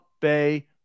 Bay